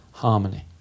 Harmony